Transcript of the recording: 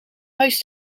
huis